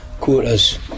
quotas